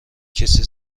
کیسه